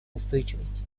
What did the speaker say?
устойчивости